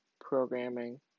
programming